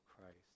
Christ